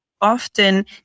often